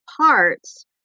parts